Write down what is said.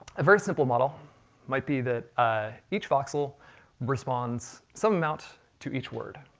a very simple model might be that ah each voxel responds some amount to each word.